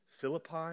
Philippi